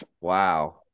Wow